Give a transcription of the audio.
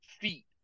feet